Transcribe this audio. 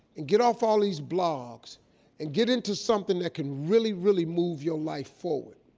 and get off all these blogs and get into something that can really, really move your life forward.